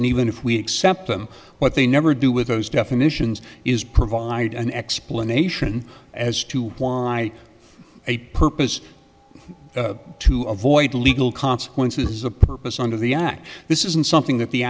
and even if we accept them what they never do with those definitions is provide an explanation as to why a purpose to avoid legal consequences is a purpose under the act this isn't something that the